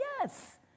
yes